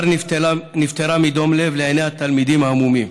בר נפטרה מדום לב לעיני התלמידים ההמומים.